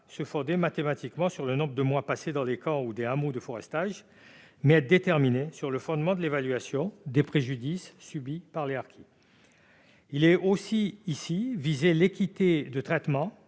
se fonder mathématiquement sur le nombre de mois passés dans des camps ou des hameaux de forestage, mais être déterminé sur le fondement de l'évaluation des préjudices subis par les harkis. Est aussi visée ici l'équité de traitement